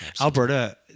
Alberta